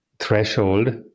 threshold